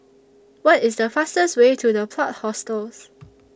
What IS The fastest Way to The Plot Hostels